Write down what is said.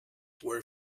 were